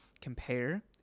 compare